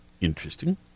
interesting